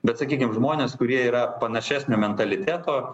bet sakykim žmonės kurie yra panašesnio mentaliteto